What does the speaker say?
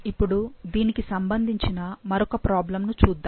ఇప్పుడు దీనికి సంబంధించిన మరొక ప్రాబ్లమ్ ను చూద్దాం